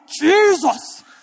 Jesus